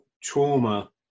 trauma